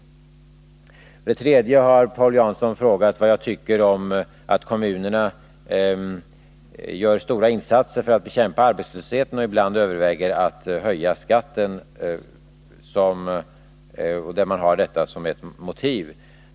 För det tredje har Paul Jansson frågat vad jag tycker om att kommunerna gör stora insatser för att bekämpa arbetslösheten och ibland överväger att höja skatten med detta som ett motiv.